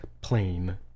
plane